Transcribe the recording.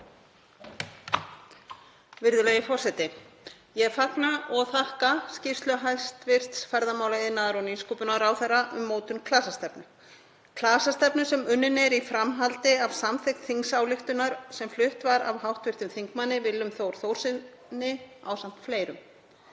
Virðulegi forseti. Ég fagna og þakka skýrslu hæstv. ferðamála-, iðnaðar- og nýsköpunarráðherra um mótun klasastefnu, klasastefnu sem unnin er í framhaldi af samþykkt þingsályktunartillögu sem flutt var af hv. þm. Willum Þór Þórssyni ásamt fleirum.